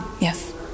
Yes